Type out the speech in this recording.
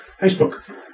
Facebook